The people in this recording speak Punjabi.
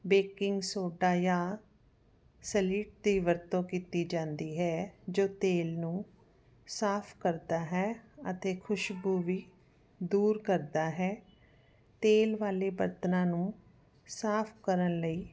ਬੇਕਿੰਗ ਸੋਢਾ ਜਾਂ ਸਲੀਟ ਦੀ ਵਰਤੋਂ ਕੀਤੀ ਜਾਂਦੀ ਹੈ ਜੋ ਤੇਲ ਨੂੰ ਸਾਫ ਕਰਦਾ ਹੈ ਅਤੇ ਖੁਸ਼ਬੂ ਵੀ ਦੂਰ ਕਰਦਾ ਹੈ ਤੇਲ ਵਾਲੇ ਬਰਤਨਾਂ ਨੂੰ ਸਾਫ ਕਰਨ ਲਈ